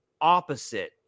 opposite